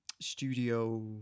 studio